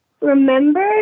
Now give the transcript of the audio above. Remember